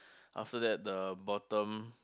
after that the bottom